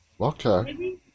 Okay